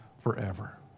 forever